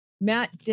Matt